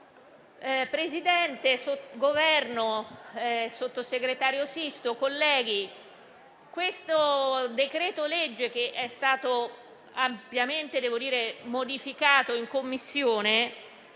Presidente, Governo, sottosegretario Sisto, colleghi, questo decreto-legge, che è stato ampiamente modificato in Commissione,